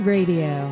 Radio